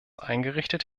eingerichtet